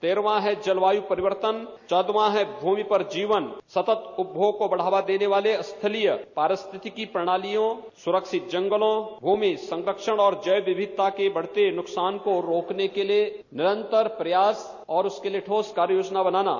तेरहवां है जलवायु परिवर्तन चौदहवां है भूमि पर जीवन सतत उपयोग को बढ़ावा देने वाले स्थली परिस्थिति की प्रणालियां सुरक्षित जंगलों भू संरक्षण और जैव विविघता के बढ़ते नुकसान को रोकने के लिये निरंतर प्रयास और उसके लिये ठोस कार्य योजना बनाना